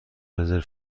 رزرو